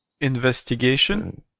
Investigation